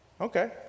Okay